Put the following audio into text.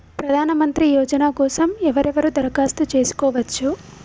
ప్రధానమంత్రి యోజన కోసం ఎవరెవరు దరఖాస్తు చేసుకోవచ్చు?